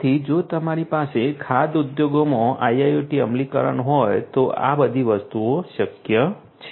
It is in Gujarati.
તેથી જો તમારી પાસે ખાદ્ય ઉદ્યોગમાં IIoT અમલીકરણ હોય તો આ બધી વસ્તુઓ શક્ય છે